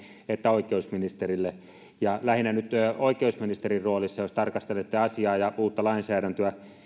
että oikeusministerille jos nyt lähinnä oikeusministerin roolissa tarkastelette asiaa ja uutta lainsäädäntöä